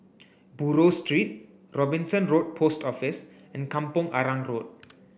Buroh Street Robinson Road Post Office and Kampong Arang Road